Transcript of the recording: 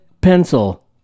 Pencil